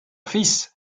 fils